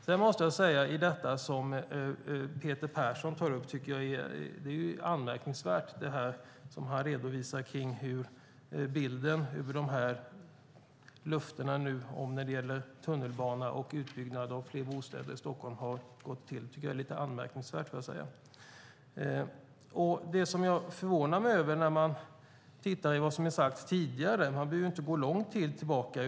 Sedan tycker jag att det som Peter Persson tar upp och redovisar är anmärkningsvärt, nämligen bilden av hur löftena när det gäller tunnelbana och utbyggnad av fler bostäder i Stockholm har gått till. Jag tycker att detta är lite anmärkningsvärt, och jag förvånas över vad som sagts tidigare. Man behöver inte gå långt tillbaka.